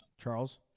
Charles